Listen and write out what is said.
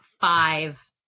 five